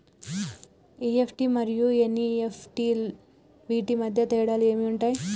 EFT మరియు NEFT వీటి మధ్య తేడాలు ఏమి ఉంటాయి?